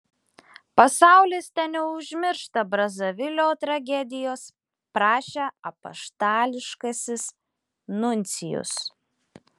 pasaulis teneužmiršta brazavilio tragedijos prašė apaštališkasis nuncijus